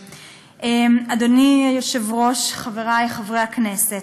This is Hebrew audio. אדוני היושב-ראש, חברי חברי הכנסת,